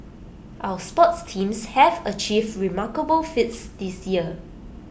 our sports teams have achieved remarkable feats this year